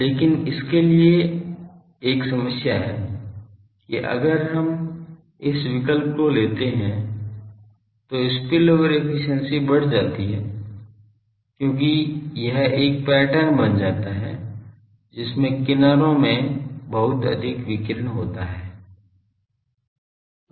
लेकिन इसके लिए समस्या है कि अगर हम इस विकल्प को लेते हैं तो स्पिलओवर एफिशिएंसी बढ़ जाती है क्योंकि यह एक पैटर्न बन जाता है जिसमें किनारों में बहुत अधिक विकिरण होता है